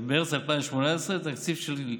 מרץ 2018, תקציב של,